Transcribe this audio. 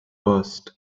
burst